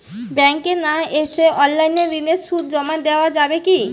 ব্যাংকে না এসে অনলাইনে ঋণের সুদ জমা দেওয়া যাবে কি?